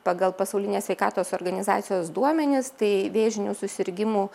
pagal pasaulinės sveikatos organizacijos duomenis tai vėžinių susirgimų